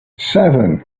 seven